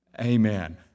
Amen